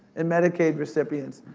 and medicaid recipients,